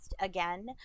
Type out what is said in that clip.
again